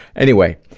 anyway,